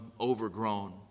overgrown